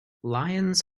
lions